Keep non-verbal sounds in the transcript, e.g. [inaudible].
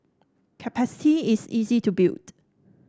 [unintelligible] is easy to build